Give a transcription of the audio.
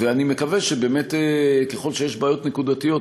ואני מקווה שככל שיש בעיות נקודתיות,